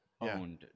owned